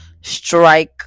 strike